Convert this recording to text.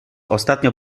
ostatnio